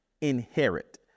inherit